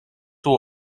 will